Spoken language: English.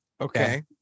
Okay